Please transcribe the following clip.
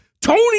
Tony